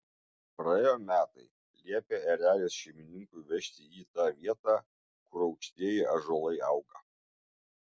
praėjo metai liepė erelis šeimininkui vežti jį į tą vietą kur aukštieji ąžuolai auga